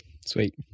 Sweet